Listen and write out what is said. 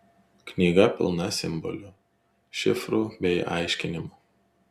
knyga pilna simbolių šifrų bei aiškinimų